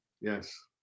Yes